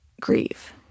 grieve